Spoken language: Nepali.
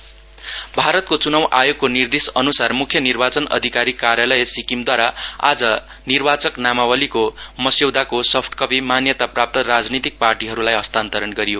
इलेकट्रोल रोल भारतको चुनाउ आयोगको निदेशअनुसार मुख्य निर्वाचन अधिकारी कार्यलय सिक्किमद्वारा आज निर्वाचन नामावलीको मस्यौदाको सफट कपी मान्यता प्राप्त राजनीतिक पार्टिहरुलाई हस्तान्तरण गरियो